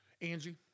angie